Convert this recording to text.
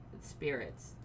Spirits